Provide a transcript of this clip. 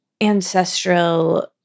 ancestral